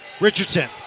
Richardson